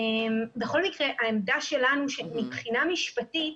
בכל מקרה, העמדה שלנו שמבחינה משפטית